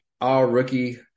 all-rookie